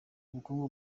ubukungu